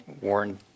Warren